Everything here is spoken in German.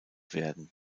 werden